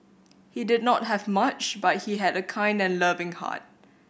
he did not have much but he had a kind and loving heart